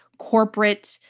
corporate,